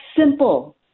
simple